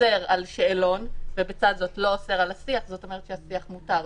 אוסר על שאלון ובצד זאת לא אוסר על השיח זה אומר שהשיח מותר.